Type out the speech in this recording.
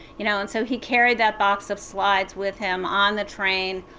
you know. and so he carried that box of slides with him on the train,